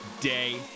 day